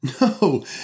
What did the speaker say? No